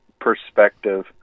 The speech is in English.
perspective